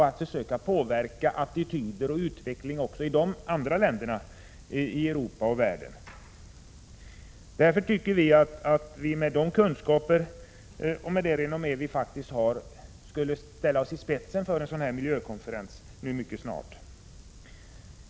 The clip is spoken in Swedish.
Vi försöker påverka attityder och utveckling i andra länder i Europa och i hela världen. Därför tycker centern att vi med de kunskaper och med det renommé som vi faktiskt har skulle kunna ställa oss i spetsen för en internationell miljökonferens mycket snart.